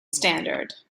standard